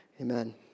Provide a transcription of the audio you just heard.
Amen